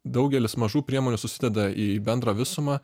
daugelis mažų priemonių susideda į bendrą visumą